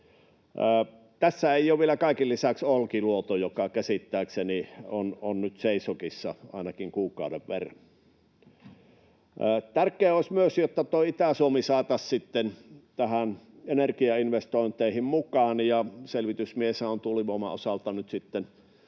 Tässä ei ole vielä kaiken lisäksi Olkiluoto, joka käsittääkseni on nyt seisokissa ainakin kuukauden verran. Tärkeää olisi myös, että Itä-Suomi saataisiin sitten näihin energiainvestointeihin mukaan. Selvitysmieshän on tuulivoiman osalta nyt sitten